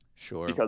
Sure